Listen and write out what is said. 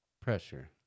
Pressure